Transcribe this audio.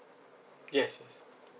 yes yes